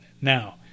now